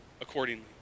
accordingly